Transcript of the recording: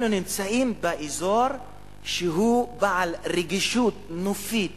אנחנו נמצאים באזור שהוא בעל רגישות נופית